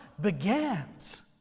begins